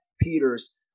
Peters